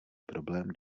problém